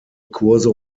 kurse